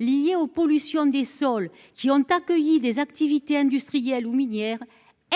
liés aux pollutions des sols qui ont accueilli des activités industrielles ou minières,